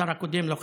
השר הקודם לא חתם,